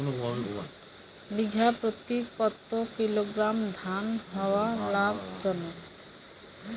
বিঘা প্রতি কতো কিলোগ্রাম ধান হওয়া লাভজনক?